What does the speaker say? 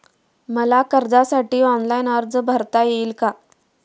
मला कर्जासाठी ऑनलाइन अर्ज भरता येईल का?